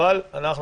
אבל אנחנו